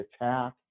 attack